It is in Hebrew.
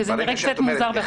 שזה נראה קצת מוזר בחוק חדש.